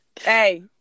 Hey